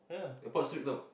airport sleep now